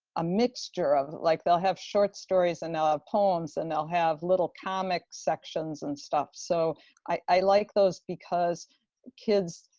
a mixture of, like, they'll have short stories and they'll have ah poems and they'll have little comic sections and stuff. so i like those because kids,